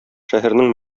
шәһәрнең